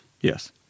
Yes